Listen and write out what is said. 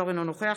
אינו נוכח